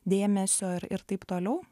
dėmesio ir ir taip toliau